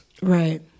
Right